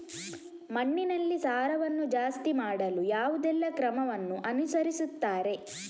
ಮಣ್ಣಿನಲ್ಲಿ ಸಾರವನ್ನು ಜಾಸ್ತಿ ಮಾಡಲು ಯಾವುದೆಲ್ಲ ಕ್ರಮವನ್ನು ಅನುಸರಿಸುತ್ತಾರೆ